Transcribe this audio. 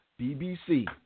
BBC